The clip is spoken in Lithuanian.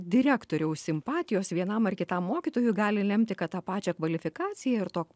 direktoriaus simpatijos vienam ar kitam mokytojui gali lemti kad tą pačią kvalifikaciją ir to